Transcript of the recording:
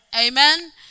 Amen